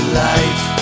life